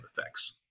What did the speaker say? effects